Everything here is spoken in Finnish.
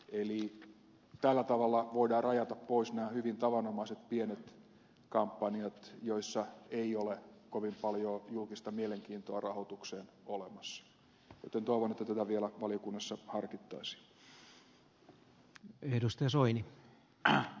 eli tällä tavalla voidaan rajata pois nämä hyvin tavanomaiset pienet kampanjat joissa ei ole kovin paljoa julkista mielenkiintoa rahoitukseen olemassa joten toivon että tätä vielä valiokunnassa harkittaisiin